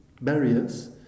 barriers